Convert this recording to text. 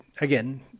again